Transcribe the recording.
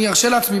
אני ארשה לעצמי,